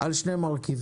על שני מרכיבים: